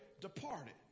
departed